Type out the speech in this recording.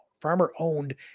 farmer-owned